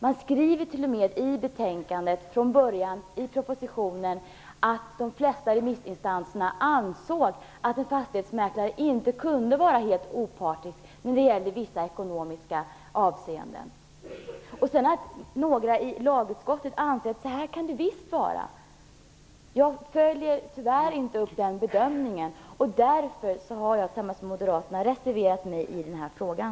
Det skrevs t.o.m. i betänkandet, och från början i propositionen, att de flesta remissinstanserna ansåg att en fastighetsmäklare inte kunde vara helt opartisk i vissa ekonomiska avseenden. Sedan anser några personer i lagutskottet att det visst kan vara så. Jag gör tyvärr inte den bedömningen. Därför har jag tillsammans med Moderaterna reserverat mig i den här frågan.